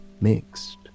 mixed